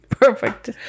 Perfect